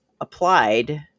applied